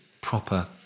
proper